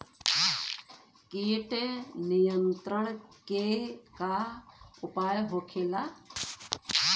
कीट नियंत्रण के का उपाय होखेला?